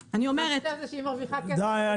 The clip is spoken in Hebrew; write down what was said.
--- שהיא מרוויחה כסף --- די,